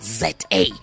za